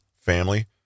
family